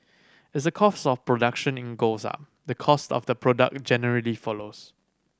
as the cost of production in goes up the cost of the product generally follows